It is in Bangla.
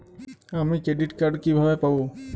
আমি ক্রেডিট কার্ড কিভাবে পাবো?